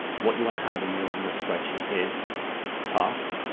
what you want to have in your, in your spreadsheet is task.